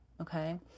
Okay